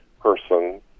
person